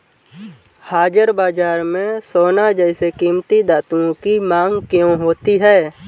हाजिर बाजार में सोना जैसे कीमती धातुओं की मांग क्यों होती है